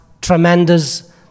tremendous